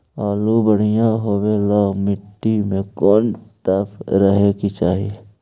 आलु बढ़िया होबे ल मट्टी में कोन तत्त्व रहे के चाही?